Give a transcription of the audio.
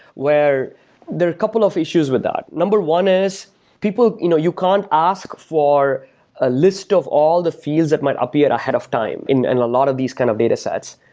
where there are a couple of issues with that. number one is you know you can't ask for a list of all the fields that might appear ahead of time in and a lot of these kind of datasets,